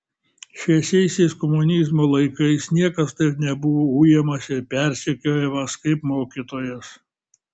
šviesiaisiais komunizmo laikais niekas taip nebuvo ujamas ir persekiojamas kaip mokytojas